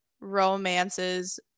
romances